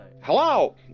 hello